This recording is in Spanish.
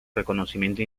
reconocimiento